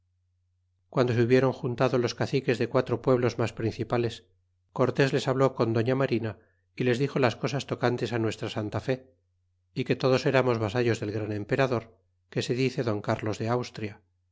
guando se hubieron juntado los caciques de quatro pueblos mas principales cortés les habló con doña marina y les dixo las cosas tocantes nuestra santa fe y que todos amos vasallos del gran emperador que se dice don crlos de austria